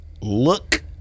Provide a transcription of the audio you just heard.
look